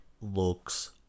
looks